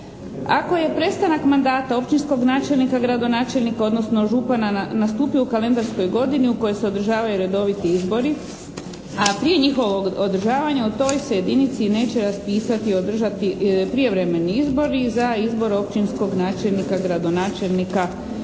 Ako je prestanak mandata općinskog načelnika, gradonačelnika, odnosno župana nastupio u kalendarskoj godini u kojoj se održavaju redoviti izbori, a prije njihovog održavanja u toj se jedinici neće raspisati i održati prijevremeni izbori za izbor općinskog načelnika, gradonačelnika,